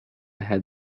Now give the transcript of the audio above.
head